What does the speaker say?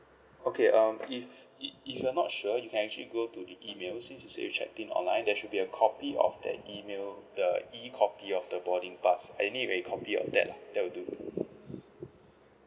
okay um if if if you are not sure you can actually go to the email since you said you checked in online there should be a copy of that email the E copy of the boarding pass I need a copy of that lah that will do